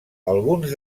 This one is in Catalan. alguns